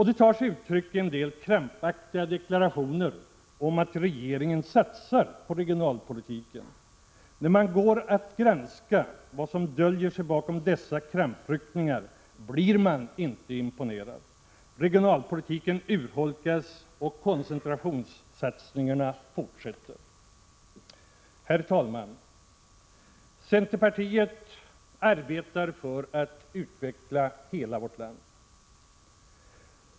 Det tar sig uttryck i en del krampaktiga deklarationer om att ”regeringen satsar på regionalpolitiken”. När man går att granska vad som döljer sig bakom dessa krampryckningar blir man inte imponerad. Regionalpolitiken urholkas och koncentrationssatsningarna fortsätter. Herr talman! Centerpartiet arbetar för att utveckla hela vårt land.